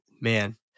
man